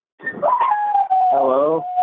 Hello